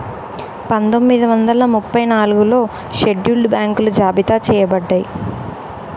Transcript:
పందొమ్మిది వందల ముప్పై నాలుగులో షెడ్యూల్డ్ బ్యాంకులు జాబితా చెయ్యబడ్డయ్